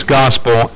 gospel